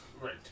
Right